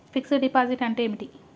Fix డ్ deposit అంటే ఏమిటి?